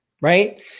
right